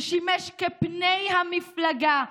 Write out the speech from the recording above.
הוא שימש כפני המפלגה.